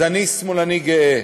אז אני שמאלני גאה,